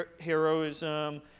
heroism